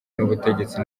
n’ubutegetsi